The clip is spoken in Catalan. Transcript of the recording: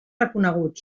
reconeguts